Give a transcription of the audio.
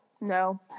no